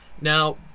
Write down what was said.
Now